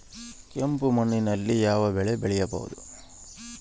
ಕೆಂಪು ಮಣ್ಣಿನಲ್ಲಿ ಯಾವ ಬೆಳೆ ಬೆಳೆಯಬಹುದು?